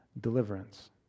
deliverance